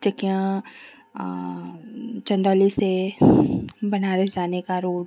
चकियाँ चन्दौली से बनारस जाने की रोड